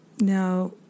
now